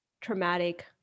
traumatic